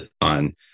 on